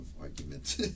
arguments